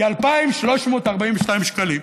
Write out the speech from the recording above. היא 2,342 שקלים.